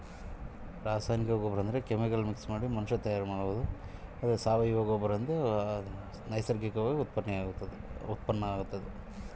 ಸಾವಯವ ಗೊಬ್ಬರ ಮತ್ತು ರಾಸಾಯನಿಕ ಗೊಬ್ಬರ ಇವುಗಳಿಗೆ ಇರುವ ವ್ಯತ್ಯಾಸ ಏನ್ರಿ?